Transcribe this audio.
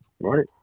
Right